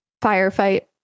Firefight